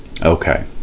Okay